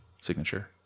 signature